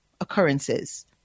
occurrences